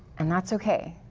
and that's okay.